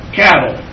cattle